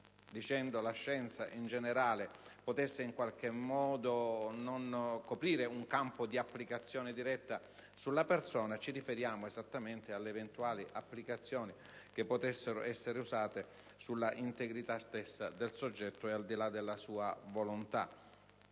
riferirsi alla scienza in generale potesse non coprire un campo di applicazione diretta sulla persona; ci siamo riferiti esattamente alle eventuali applicazioni che potessero essere usate sulla integrità stessa del soggetto e al di là della sua volontà.